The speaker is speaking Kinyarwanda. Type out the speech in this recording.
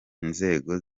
inzego